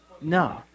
No